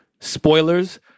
Spoilers